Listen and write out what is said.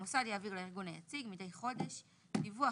(3) המוסד יעביר לארגון היציג מדי חודש דיווח